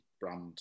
brand